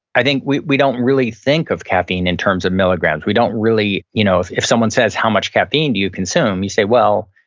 i think we we don't really think of caffeine in terms of milligrams. we don't really, you know if if someone says, how much caffeine do you consume? you say, well,